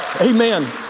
Amen